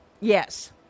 Yes